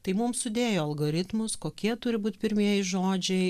tai mum sudėjo algoritmus kokie turi būt pirmieji žodžiai